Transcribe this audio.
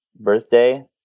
birthday